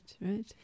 right